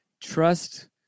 Trust